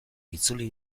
itzuli